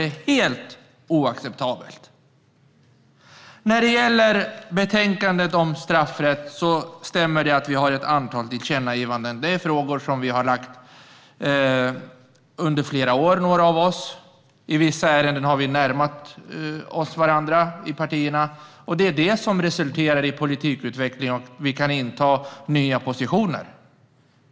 Det är helt oacceptabelt! När det gäller betänkandet om straffrätt stämmer det att vi har ett antal tillkännagivanden. Det är frågor som vi har lagt fram under flera år, några av oss. I vissa ärenden har vi i partierna närmat oss varandra. Det är det som resulterar i politikutveckling och att vi kan inta nya positioner.